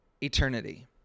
eternity